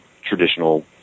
traditional